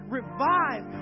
revive